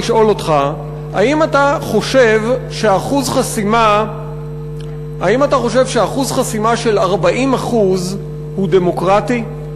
לשאול אותך: האם אתה חושב שאחוז חסימה של 40% הוא דמוקרטי?